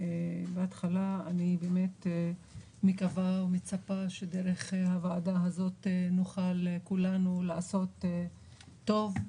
אני מקווה ומצפה שדרך הוועדה הזאת נוכל כולנו לעשות טוב,